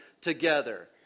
together